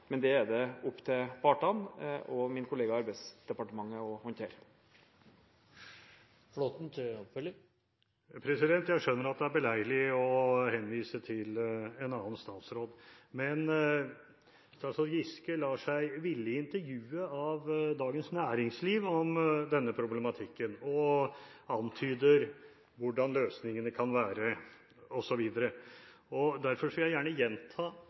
men det er det opp til partene og min kollega i Arbeidsdepartementet å håndtere. Jeg skjønner at det er beleilig å henvise til en annen statsråd, men statsråd Giske lar seg villig intervjue av Dagens Næringsliv om denne problematikken og antyder hvordan løsningene kan være, osv. Derfor vil jeg gjerne gjenta